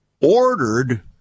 ordered